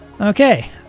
Okay